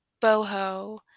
boho